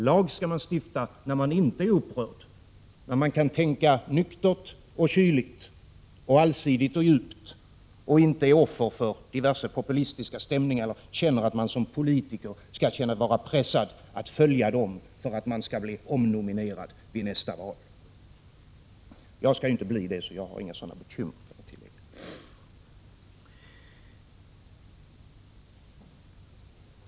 Lag skall man stifta när man inte är upprörd, när man kan tänka nyktert och kyligt, allsidigt och djupt, och inte är offer för diverse populistiska stämningar och känner sig pressad att som politiker följa dem för att man skall bli omnominerad vid nästa val. Jag skall inte bli det, så jag har inga sådana bekymmer.